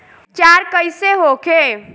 उपचार कईसे होखे?